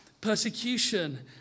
persecution